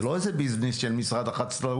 זה לא איזה ביזנס של משרד החקלאות.